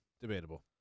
Debatable